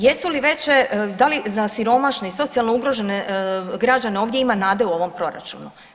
Jesu li veće, da li za siromašne i socijalno ugrožene građane ovdje ima nade u ovom proračunu?